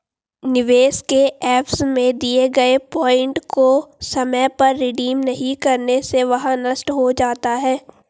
निवेश के एवज में दिए गए पॉइंट को समय पर रिडीम नहीं करने से वह नष्ट हो जाता है